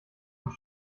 und